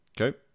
Okay